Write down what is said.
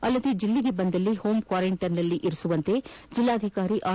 ಅಲ್ಲದೆ ಜಿಲ್ಲೆಗೆ ಬಂದಲ್ಲಿ ಹೋಂಕ್ವಾರಂಟೈನ್ನಲ್ಲಿ ಇರಿಸುವಂತೆ ಜೆಲ್ಲಾಧಿಕಾರಿ ಆರ್